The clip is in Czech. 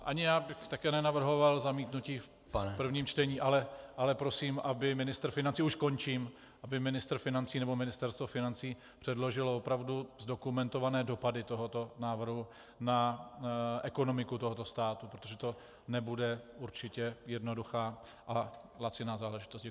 Ani já bych také nenavrhoval zamítnutí v prvním čtení, ale prosím, aby ministr financí už končím nebo Ministerstvo financí předložilo opravdu zdokumentované dopady tohoto návrhu na ekonomiku tohoto státu, protože to nebude určitě jednoduchá a laciná záležitost.